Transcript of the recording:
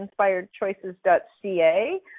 inspiredchoices.ca